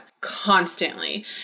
constantly